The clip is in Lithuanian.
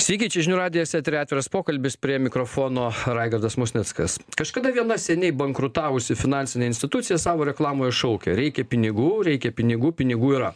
sveiki čia žinių radijas eteryje atviras pokalbis prie mikrofono raigardas musnickas kažkada gana seniai bankrutavusi finansinė institucija savo reklamoje šaukė reikia pinigų reikia pinigų pinigų yra